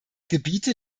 gebiete